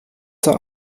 zur